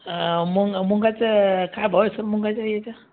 हां मुंग मुंगाचा काय भाव असेल मुंगाचा याचा